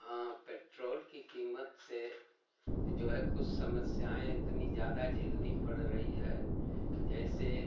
हाँ पेट्रोल की क़ीमत से जो है कुछ समस्याएँ इतनी ज़्यादा झेलनी पड़ रही हैं जैसे